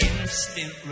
instant